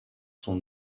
sont